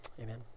amen